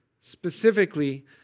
Specifically